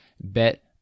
Bet